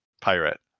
pirate